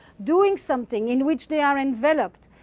doing something in which they are enveloped,